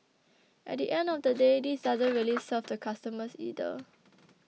at the end of the day this doesn't really serve the customers either